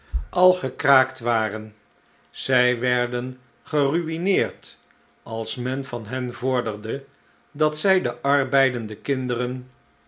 al gekraakt waren zij werden geruineerd als men van hen vorderde dat zij de arbeidende kinderen